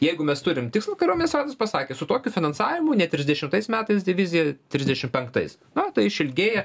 jeigu mes turim tikslą kariuomenės vadas pasakė su tokiu finansavimu ne trisdešimtais metais divizija trisdešimt penktais na tai išilgėja